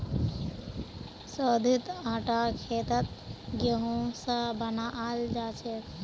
शोधित आटा खेतत गेहूं स बनाल जाछेक